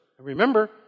Remember